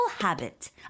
habit